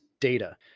data